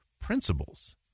principles